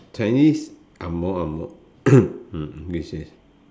chinese angmoh angmoh mm which is